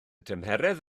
tymheredd